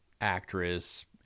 actress